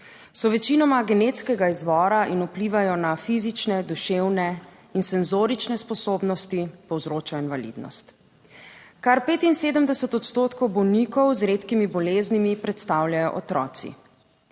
so večinoma genetskega izvora in vplivajo na fizične, duševne in senzorične sposobnosti, povzročajo invalidnost. Kar 75 odstotkov bolnikov z redkimi boleznimi predstavljajo otroci.